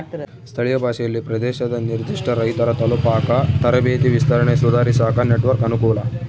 ಸ್ಥಳೀಯ ಭಾಷೆಯಲ್ಲಿ ಪ್ರದೇಶದ ನಿರ್ಧಿಷ್ಟ ರೈತರ ತಲುಪಾಕ ತರಬೇತಿ ವಿಸ್ತರಣೆ ಸುಧಾರಿಸಾಕ ನೆಟ್ವರ್ಕ್ ಅನುಕೂಲ